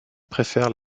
préfère